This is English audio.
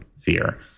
fear